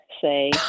say